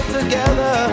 together